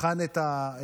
בחן את הסוגיות,